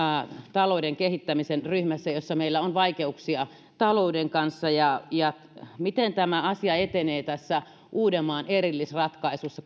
talouden kehittämisen ryhmässä jossa meillä on vaikeuksia talouden kanssa miten tämä asia etenee tässä uudenmaan erillisratkaisussa